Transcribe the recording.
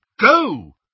go